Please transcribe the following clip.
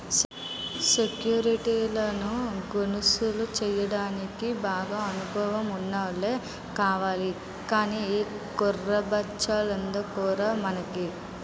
సెక్యురిటీలను కొనుగోలు చెయ్యడానికి బాగా అనుభవం ఉన్నోల్లే కావాలి గానీ ఈ కుర్ర బచ్చాలెందుకురా మనకి